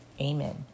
Amen